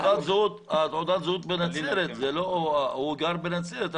הוא גר בנצרת.